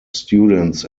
students